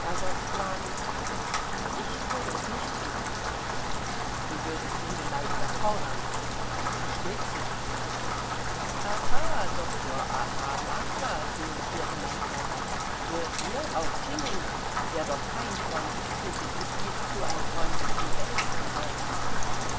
klagen ich würde es nicht thun du würdest den beleidiger fordern versteht sich aha doktor aha martha triumphierte mein vater hört ihr auch tilling der doch kein freund des krieges ist gibt zu ein freund des duells zu sein